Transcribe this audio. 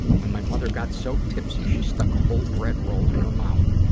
when my mother got so tipsy she stuck a whole bread roll in her mouth,